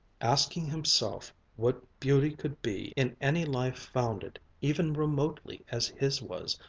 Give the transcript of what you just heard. asking himself what beauty could be in any life founded, even remotely as his was,